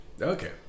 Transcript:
Okay